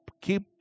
keep